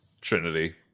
Trinity